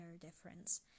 difference